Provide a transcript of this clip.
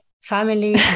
family